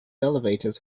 elevators